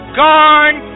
gone